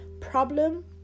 problem